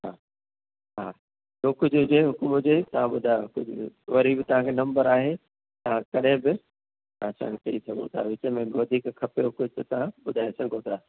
हा हा ॿियो कुझु हुजे हुकुमु हुजे तव्हां ॿुधायो कुझु बि वरी बि तव्हांखे नंबर आहे तव्हां कॾहिं बि असांखे चई सघो था विच में बि वधीक खपेव कुझु त तव्हां ॿुधाए सघो था